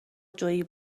جویی